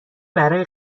برای